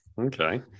okay